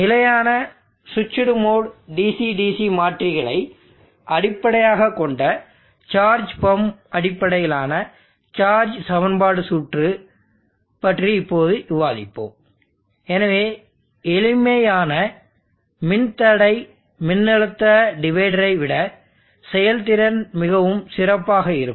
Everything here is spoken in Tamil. நிலையான ஸ்விட்ச்டு மோடு DC DC மாற்றிகளை அடிப்படையாகக் கொண்ட சார்ஜ் பம்ப் அடிப்படையிலான சார்ஜ் சமன்பாடு சுற்று பற்றி இப்போது விவாதிப்போம் எனவே எளிமையான மின்தடை மின்னழுத்த டிவைடரை விட செயல்திறன் மிகவும் சிறப்பாக இருக்கும்